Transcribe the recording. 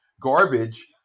garbage